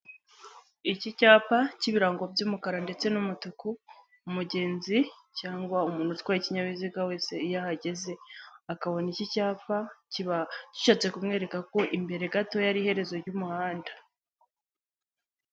Iki cyapa cy'ibirango by'umukara ndetse n'umutuku, umugenzi cyangwa umuntu utwaye ikinyabiziga wese iyo ahageze akabona iki cyapa kiba gishatse kumwereka ko imbere gato yari iherezo ry'umuhanda.